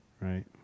Right